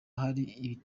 hari